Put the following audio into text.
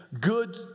good